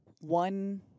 one